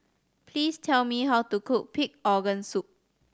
please tell me how to cook pig organ soup